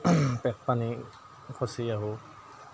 পেট পানী খচি আহোঁ